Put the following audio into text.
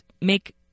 make